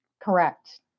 Correct